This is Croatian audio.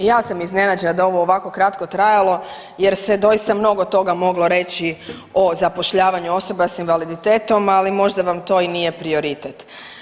I ja sam iznenađena da je ovo ovako kratko trajalo, jer se doista mnogo toga moglo reći o zapošljavanju osoba sa invaliditetom ali možda vam i to nije prioritet.